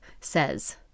says